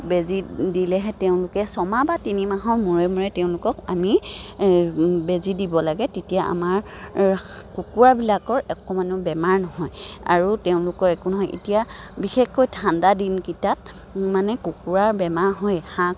বেজী দিলেহে তেওঁলোকে ছমাহ বা তিনিমাহৰ মূৰে মূৰে তেওঁলোকক আমি বেজী দিব লাগে তেতিয়া আমাৰ কুকুৰাবিলাকৰ অকমানো বেমাৰ নহয় আৰু তেওঁলোকৰ একো নহয় এতিয়া বিশেষকৈ ঠাণ্ডা দিনকিটাত মানে কুকুৰাৰ বেমাৰ হয় হাঁহ